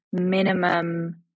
minimum